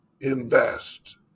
invest